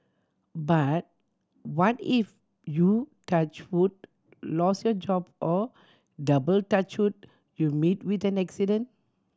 but what if you touch wood lose your job or double touch wood you meet with an accident